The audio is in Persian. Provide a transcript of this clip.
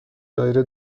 دایره